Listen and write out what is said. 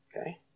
Okay